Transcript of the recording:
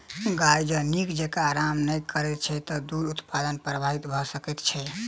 गाय जँ नीक जेँका आराम नै करैत छै त दूध उत्पादन प्रभावित भ सकैत छै